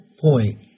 point